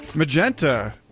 Magenta